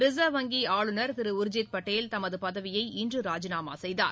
reserve வங்கி ஆளுநர் திரு உர்ஜித் பட்டேல் தமது பதவியை இன்று ராஜினாமா செய்தார்